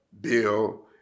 bill